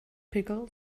pickle